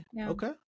Okay